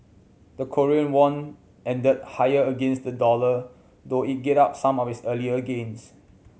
the Korean won ended higher against the dollar though it gave up some of its earlier gains